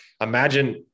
imagine